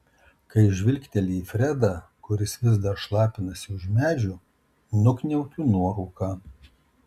kai žvilgteli į fredą kuris vis dar šlapinasi už medžio nukniaukiu nuorūką